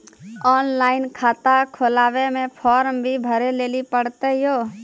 Online खाता खोलवे मे फोर्म भी भरे लेली पड़त यो?